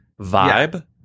vibe